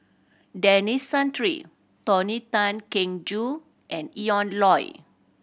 Denis Santry Tony Tan Keng Joo and Ian Loy